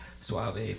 Suave